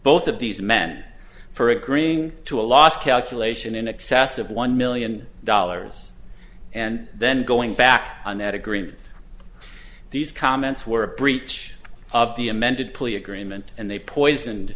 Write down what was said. both of these men for agreeing to a last calculation in excess of one million dollars and then going back on that agreement these comments were a breach of the amended plea agreement and they poisoned